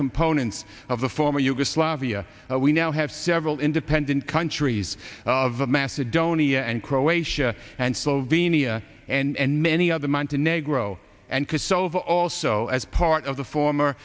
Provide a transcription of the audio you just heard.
components of the former yugoslavia we now have several independent countries of macedonia and croatia and slovenia and many other montenegro and kosovo also as part of the former